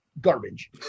garbage